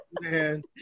Man